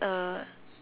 uh